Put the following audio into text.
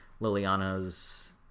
liliana's